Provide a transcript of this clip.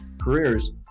careers